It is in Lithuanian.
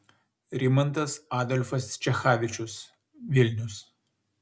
rimantas adolfas čechavičius vilnius